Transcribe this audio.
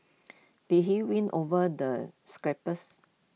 did he win over the